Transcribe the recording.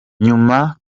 nyuma